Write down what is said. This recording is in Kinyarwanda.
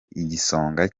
igisonga